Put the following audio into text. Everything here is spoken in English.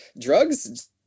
drugs